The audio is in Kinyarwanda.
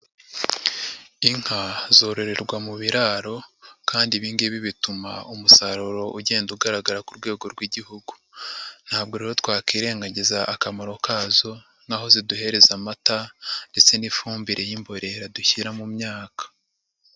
Inka zororerwa mu biraro kandi ibi ngibi bituma umusaruro ugenda ugaragara ku rwego rw'Igihugu. Ntabwo rero twakirengagiza akamaro kazo n'aho ziduhereza amata ndetse n'ifumbire y'imborera dushyira mu myaka.